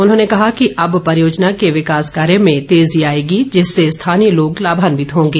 उन्होंने कहा कि अब परियोजना के विकास कार्य में तेजी आएगी जिससे स्थानीय लोग लाभान्वित होंगे